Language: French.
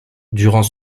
durant